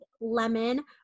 lemon